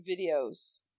videos